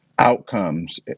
outcomes